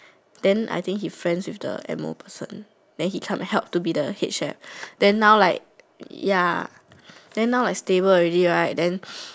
then I think he friend with the M O person then he come and help to be the head chef then now like ya then now like stable already right then